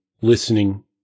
listening